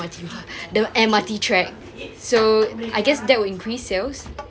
M_R_T the M_R_T track so I guess that would increase sales